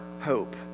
hope